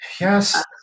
yes